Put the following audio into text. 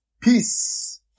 Peace